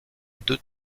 deux